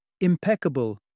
Impeccable